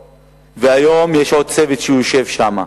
והיום יש עוד צוות שיושב שם.